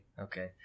Okay